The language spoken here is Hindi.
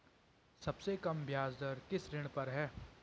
सबसे कम ब्याज दर किस ऋण पर है?